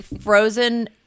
frozen